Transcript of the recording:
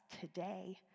today